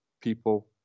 people